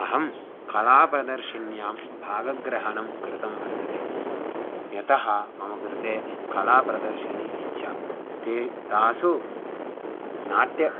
अहं कलाप्रदर्शिन्यां भागग्रहणं कृतं वर्तते यतः मम कृते कलाप्रदर्शिन्याम् इच्छा ते तासु नाट्यं